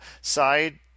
side